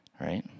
right